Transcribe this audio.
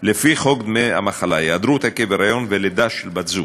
לפי חוק דמי מחלה (היעדרות עקב היריון ולידה של בת-זוג).